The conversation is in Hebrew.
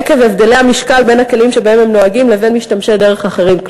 עקב הבדלי המשקל בין הכלים שבהם הם נוהגים לבין משתמשי דרך אחרים.